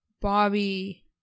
Bobby